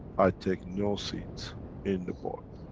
i take no seats in the board.